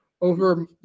over